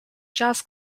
jazz